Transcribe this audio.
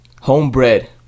homebred